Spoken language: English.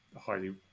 highly